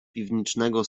piwnicznego